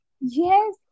yes